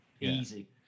easy